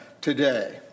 today